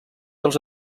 dels